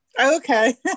Okay